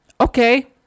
okay